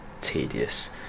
tedious